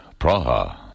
Praha